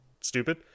stupid